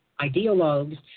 ideologues